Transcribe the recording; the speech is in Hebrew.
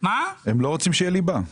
הם לא רוצים שיהיה ליבה.